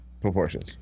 proportions